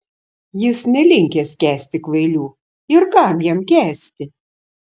jis nelinkęs kęsti kvailių ir kam jam kęsti